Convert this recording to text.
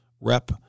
rep